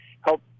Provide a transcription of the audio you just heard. help